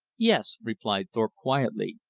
yes, replied thorpe quietly,